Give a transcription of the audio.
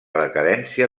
decadència